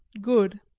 good!